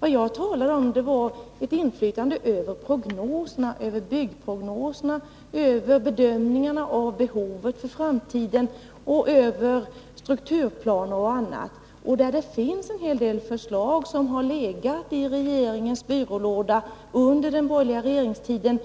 Vad jag talade om var ett inflytande över prognoserna, byggprognoserna, bedömningarna av behovet för framtiden och strukturplaner m.m. En hel del förslag har legat i regeringens byrålådor under den borgerliga regeringstiden.